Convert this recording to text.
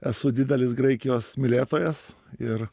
esu didelis graikijos mylėtojas ir